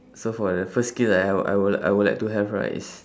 so for the first skill that I would I would I would like to have right is